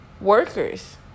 workers